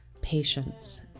patience